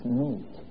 meet